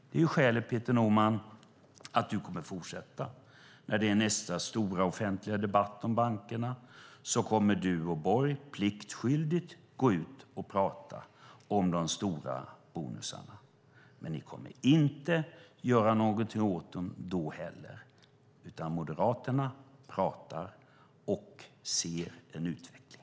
Det är skälet, Peter Norman, till att du och Borg i nästa stora offentliga debatt om bankerna pliktskyldigt kommer att gå ut och prata om de stora bonusarna. Men ni kommer inte att göra någonting åt dem då heller, utan Moderaterna pratar och ser en utveckling.